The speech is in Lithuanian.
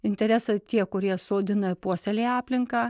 interesai tie kurie sodina puoselėja aplinką